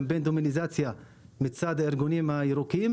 קמפיין דמוניזציה מצד הארגונים הירוקים,